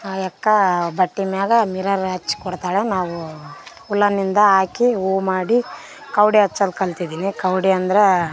ಆ ಅಕ್ಕ ಬಟ್ಟೆ ಮೇಲೆ ಮಿರರ್ ಹಚ್ ಕೊಡ್ತಾಳೆ ನಾವು ಉಲಾನಿಂದ ಹಾಕಿ ಹೂವು ಮಾಡಿ ಕವಡೆ ಹಚ್ಚೋದ್ ಕಲ್ತಿದ್ದಿನಿ ಕವಡೆ ಅಂದರೆ